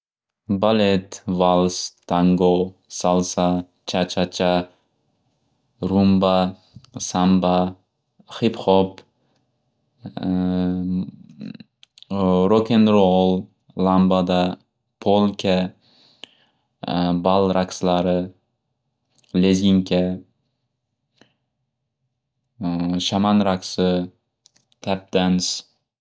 Balet, vals, tango, salsa, chachacha, rumba, samba, hiphop, rokinrol, lambada, polka, bal raqslari, lezinka, shaman raqsi, tapdans.